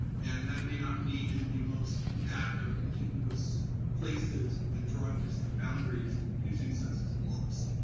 and that may not be in the most compact or contiguous places when drawing district boundaries, and using census blocks.